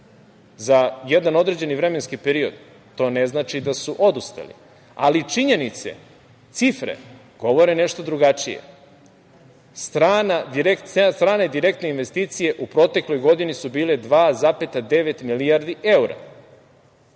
za jedan određeni vremenski period, to ne znači da su odustali, ali činjenice, cifre govore nešto drugačije. Strane direktne investicije u protekloj godini su bile 2,9 milijardi evra. Kada